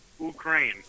Ukraine